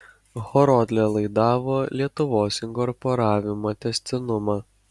horodlė laidavo lietuvos inkorporavimo tęstinumą